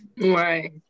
Right